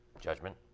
judgment